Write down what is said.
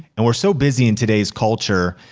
and we're so busy in today's culture,